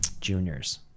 juniors